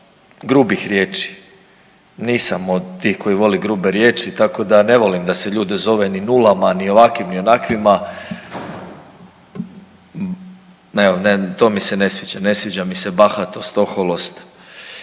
grubih riječi. Nisam od tih koji voli grube riječi tako da ne volim da se ljude zove ni nulama, ni ovakvima, ni onakvima to mi se ne sviđa, ne sviđa mi se bahatost, oholost.